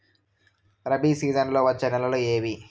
రబి సీజన్లలో వచ్చే నెలలు ఏవి?